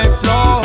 flow